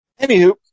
Anywho